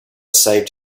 saved